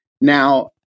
Now